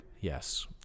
Yes